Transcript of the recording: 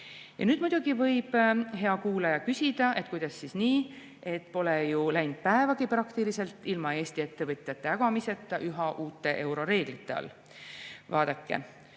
võib hea kuulaja küsida, et kuidas siis nii, pole ju läinud peaaegu päevagi ilma Eesti ettevõtjate ägamiseta üha uute euroreeglite all. Vaadake,